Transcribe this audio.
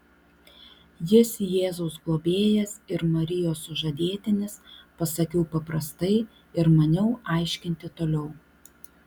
jis jėzaus globėjas ir marijos sužadėtinis pasakiau paprastai ir maniau aiškinti toliau